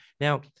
now